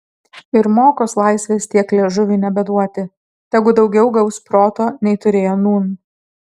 ir mokos laisvės tiek liežuviui nebeduoti tegu daugiau gaus proto nei turėjo nūn